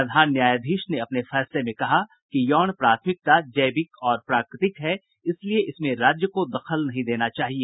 प्रधान न्यायाधीश ने अपने फैसले में कहा कि यौन प्राथमिकता जैविक और प्राकृतिक है इसलिए इसमें राज्य को दखल नहीं देना चाहिए